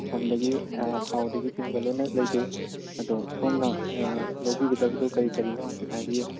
ꯊꯨꯝꯗꯒꯤ ꯊꯥꯎꯗꯒꯤ ꯆꯤꯡꯕ ꯂꯣꯏꯅ ꯂꯩꯖꯩ ꯑꯗꯣ ꯁꯣꯝꯅ ꯂꯧꯕꯤꯒꯗꯕꯗꯣ ꯀꯔꯤ ꯀꯔꯤꯅꯣ ꯍꯥꯏꯐꯦꯠ ꯍꯥꯏꯕꯤꯌꯨ